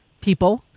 people